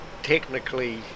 Technically